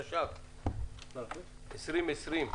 התש"ף-2020,